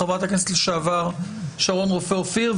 חברת הכנסת לשעבר שרון רופא אופיר,